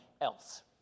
else